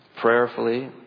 Prayerfully